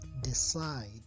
Decide